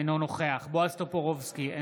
אינו נוכח בועז טופורובסקי,